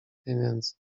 pieniędzy